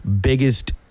biggest